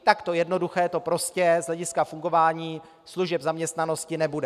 Takto jednoduché to prostě z hlediska fungování služeb zaměstnanosti nebude.